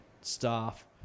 staff